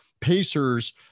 Pacers